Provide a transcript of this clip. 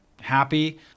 happy